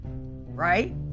right